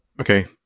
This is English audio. okay